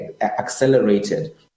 accelerated